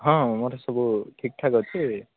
ହଁ ମୋର ସବୁ ଠିକ୍ ଠାକ୍ ଅଛି